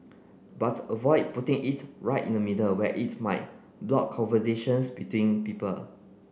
but avoid putting it right in the middle where its might block conversations between people